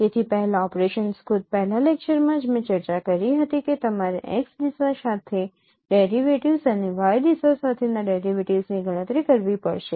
તેથી પહેલા ઓપરેશન્સ ખુદ પહેલા લેક્ચરમાં જ મેં ચર્ચા કરી હતી કે તમારે x દિશા સાથેના ડેરિવેટિવ્ઝ અને y દિશા સાથેના ડેરિવેટિવ્ઝની ગણતરી કરવી પડશે